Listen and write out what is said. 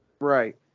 Right